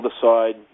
decide